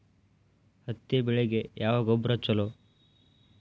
ಹತ್ತಿ ಬೆಳಿಗ ಯಾವ ಗೊಬ್ಬರ ಛಲೋ?